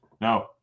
no